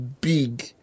big